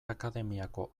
akademiako